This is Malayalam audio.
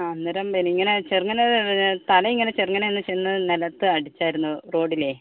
ആ അന്നേരം വലിങ്ങനെ ചെറുങ്ങനെ പിന്നെ തല ഇങ്ങനെ ചെറുങ്ങനെ ഒന്ന് ചെന്ന് നിലത്തു അടിച്ചാരുന്നു റോഡിലെ